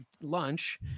lunch